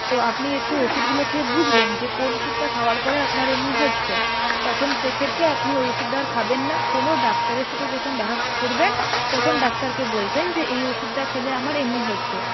তো আপনি একটু ওষুধগুলো খেয়ে বুঝবেন যে কোন ওষুধটা খাওয়ার পরে আপনার এমনি হচ্ছে তখন সেক্ষেত্রে আপনি ওই ওষুধটা আর খাবেন না কোনো ডাক্তারের সাথে যখন দেখা করবেন তখন ডাক্তারকে বলবেন যে এই ওষুধটা খেলে আমার এমনি হচ্ছে